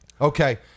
Okay